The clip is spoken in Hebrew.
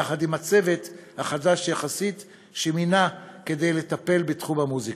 יחד עם הצוות החדש-יחסית שמינה כדי לטפל בתחום המוזיקה.